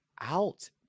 out